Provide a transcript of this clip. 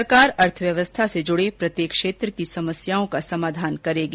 सरकार अर्थव्यवस्था से जुड़े प्रत्येक क्षेत्र की समस्याओं का समाधान करेगी